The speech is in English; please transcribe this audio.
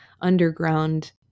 underground